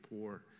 poor